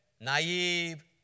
naive